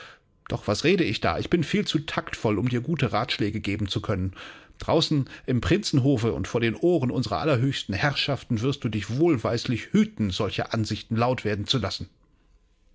doch was rede ich da ich bin viel zu taktvoll um dir gute ratschläge geben zu wollen draußen im prinzenhofe und vor den ohren unserer allerhöchsten herrschaften wirst du dich wohlweislich hüten solche ansichten laut werden zu lassen